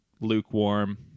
lukewarm